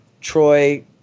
Troy